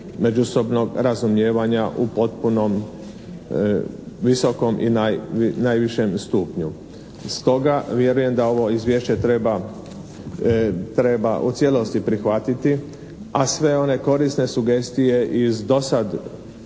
međusobnog razumijevanja u potpunom visokom i najvišem stupnju. Stoga vjerujem da ovo izvješće treba u cijelosti prihvatiti a sve one korisne sugestije iz do sad